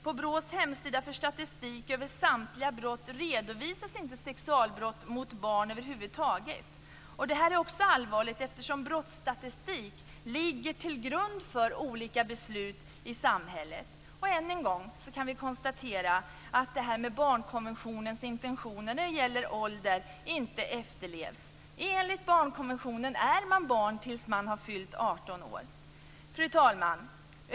På BRÅ:s hemsida för statistik över samtliga brott redovisas inte sexualbrott mot barn över huvud taget. Detta är också allvarligt, eftersom brottsstatistik ligger till grund för olika beslut i samhället. Och än en gång kan vi konstatera att barnkonventionens intentioner när det gäller ålder inte efterlevs. Enligt barnkonventionen är man barn tills man har fyllt 18 år. Fru talman!